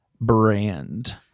brand